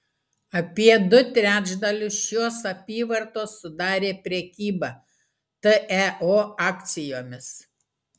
apie du trečdalius šios apyvartos sudarė prekyba teo akcijomis